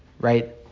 right